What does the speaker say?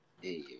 hey